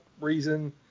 reason